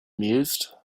mused